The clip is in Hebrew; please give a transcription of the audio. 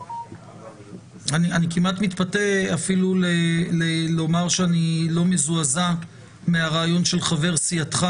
אני כמעט מתפתה אפילו לומר שאני לא מזועזע מהרעיון של חבר סיעתך